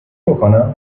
بکنه